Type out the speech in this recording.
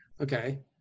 okay